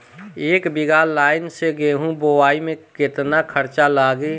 एक बीगहा लाईन से गेहूं बोआई में केतना खर्चा लागी?